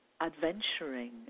adventuring